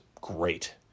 Great